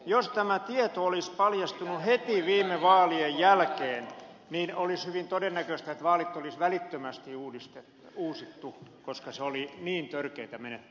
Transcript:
jos tämä tieto olisi paljastunut heti viime vaalien jälkeen niin olisi hyvin todennäköistä että vaalit olisi välittömästi uusittu koska se oli niin törkeätä menettelyä